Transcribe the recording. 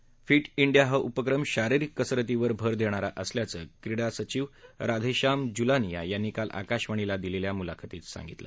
feet India हा उपक्रम शारिरिक कसरतीवर भर देणारा असल्याचं क्रीडा सचिव राधेश्याम जुलानिया यांनी काल आकाशवाणीला दिलेल्या मुलाखतीत सांगितलं